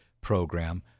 program